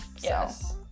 Yes